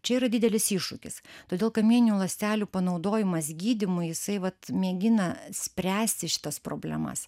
čia jau yra didelis iššūkis todėl kamieninių ląstelių panaudojimas gydymui jisai vat mėgina spręsti šitas problemas